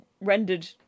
rendered